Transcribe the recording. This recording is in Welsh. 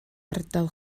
ardal